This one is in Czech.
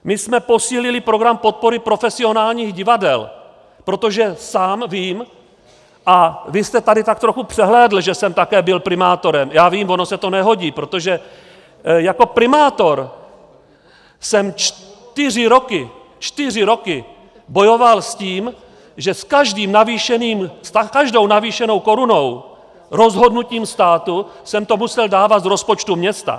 My jsme posílili program podpory profesionálních divadel, protože sám vím a vy jste tady tak trochu přehlédl, že jsem také byl primátorem, já vím, ono se to nehodí, protože jako primátor jsem čtyři roky, čtyři roky bojoval s tím, že s každou navýšenou korunou rozhodnutím státu jsem to musel dávat z rozpočtu města.